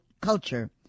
culture